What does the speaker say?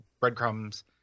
breadcrumbs